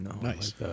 nice